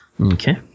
Okay